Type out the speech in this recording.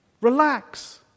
Relax